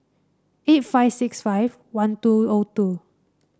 eight five six five one two O two